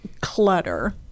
clutter